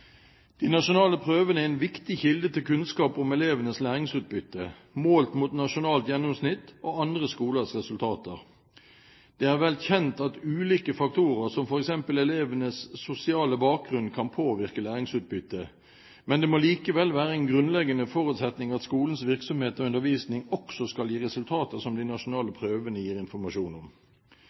De nasjonale prøvene er en viktig kilde til kunnskap om elevenes læringsutbytte, målt mot nasjonalt gjennomsnitt og andre skolers resultater. Det er vel kjent at ulike faktorer, som f.eks. elevenes sosiale bakgrunn, kan påvirke læringsutbyttet, men det må likevel være en grunnleggende forutsetning at skolens virksomhet og undervisning også skal gi resultater som de nasjonale prøvene gir informasjon om.